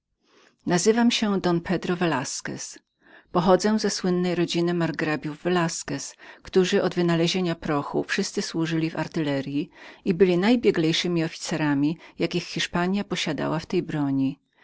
nazywam się don pedro velasquez pochodzę ze starożytnej rodziny margrabiów velasquez którzy od wynalezienia prochu wszyscy służyli w artyleryi i byli najbieglejszymi oficerami jakich hiszpania posiadała w tej broni